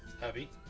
Heavy